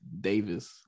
Davis